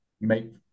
make